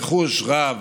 רכוש רב